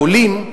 העולים,